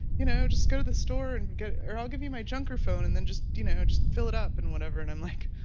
you know, just go to the store and get or i'll give you my junker phone and then just, you know, just fill it up and whatever. and i'm like,